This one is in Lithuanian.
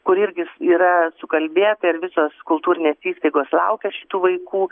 kur irgi yra sukalbėta ir visos kultūrinės įstaigos laukia šitų vaikų